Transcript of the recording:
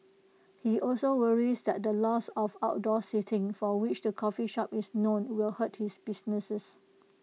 he also worries that the loss of outdoor seating for which the coffee shop is known will hurt his businesses